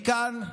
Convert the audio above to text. מכאן,